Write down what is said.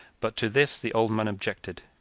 but to this the old man objected.